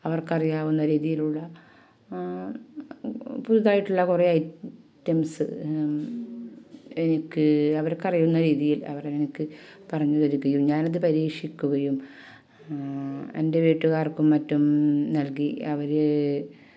അവർക്കാറിയാവുന്ന രീതിയിലുള്ള പുതുതായിട്ടുള്ള കുറേ ഐറ്റംസ് എനിക്ക് അവർക്കാറിയാവുന്ന രീതിയിൽ അവരെനിക്ക് പറഞ്ഞു തരികയും ഞാൻ അത് പരീക്ഷിക്കുകയും എൻ്റെ വീട്ടുകാർക്കും മറ്റും നൽകി അവർ